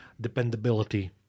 dependability